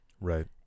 Right